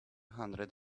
hundred